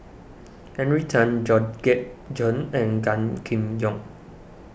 Henry Tan Georgette Chen and Gan Kim Yong